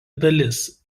dalis